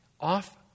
off